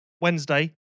Wednesday